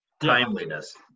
timeliness